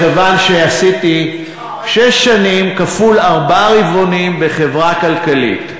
מכיוון שעשיתי שש שנים כפול ארבעה רבעונים בחברה כלכלית.